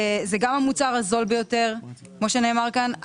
זה גם המוצר הזול ביותר, כמו שנאמר כאן.